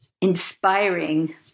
inspiring